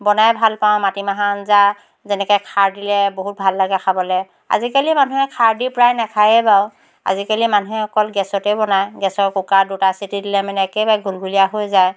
বনাই ভাল পাওঁ মাটিমাহৰ আঞ্জা যেনেকৈ খাৰ দিলে বহুত ভাল লাগে খাবলৈ আজিকালি মানুহে খাৰ দি প্ৰায় নেখায়েই বাৰু আজিকালি মানুহে অকল গেছতেই বনায় গেছৰ কুকাৰত দুটা চিটি দিলে মানে একেবাৰে ঘুলঘুলীয়া হৈ যায়